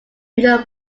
video